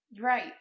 Right